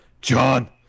John